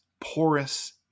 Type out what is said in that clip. porous